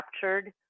captured